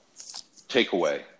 takeaway